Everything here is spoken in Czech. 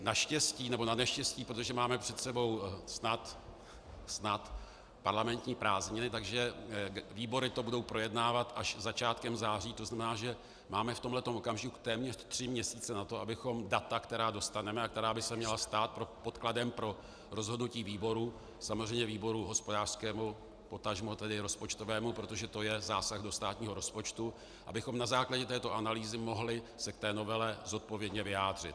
Naštěstí, nebo naneštěstí, protože máme před sebou snad parlamentní prázdniny, takže výbory to budou projednávat až začátkem září, to znamená, že máme v tomto okamžiku téměř tři měsíce na to, abychom data, která dostaneme a která by se měla stát podkladem pro rozhodnutí výboru, samozřejmě výboru hospodářského, potažmo tedy rozpočtového, protože to je zásah do státního rozpočtu, abychom na základě této analýzy se mohli k té novele zodpovědně vyjádřit.